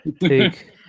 take